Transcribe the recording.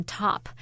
top